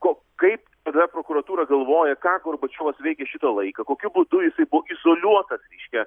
ko kaip tada prokuratūra galvoja ką gorbačiovas veikė šitą laiką kokiu būdu jisai buvo izoliuotas reiškia